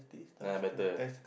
ah better